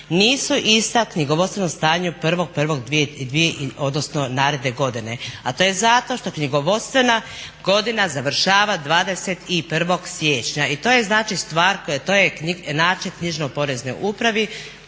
nisu ista knjigovodstvenom stanju 1. 1. naredne godine. A to je zato što knjigovodstvena godina završava 21. siječnja. I to je znači stvar, to je način knjižno poreznoj upravi